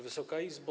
Wysoka Izbo!